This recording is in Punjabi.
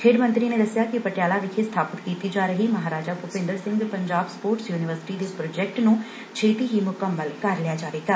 ਖੇਡ ਮੰਤਰੀ ਨੇ ਦੱਸਿਆ ਕਿ ਪਟਿਆਲਾ ਵਿਖੇ ਸਬਾਪਤ ਕੀਤੀ ਜਾ ਰਹੀ ਮਹਾਰਾਜਾ ਭੁਪਿੰਦਰ ਸਿੰਘ ਪੰਜਾਬ ਸਪੋਰਟਸ ਯੁਨੀਵਰਸਿਟੀ ਦੇ ਪ੍ਾਜੈਕਟ ਨੂੰ ਛੇਤੀ ਮੁਕੰਮਲ ਕਰ ਲਿਆ ਜਾਵੇਗਾ